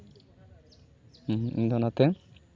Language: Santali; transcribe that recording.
ᱤᱧ ᱫᱚ ᱚᱱᱟᱛᱮ